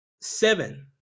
seven